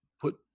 put